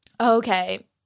Okay